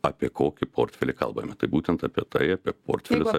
apie kokį portfelį kalbame tai būtent apie tai apie portfelius